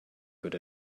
good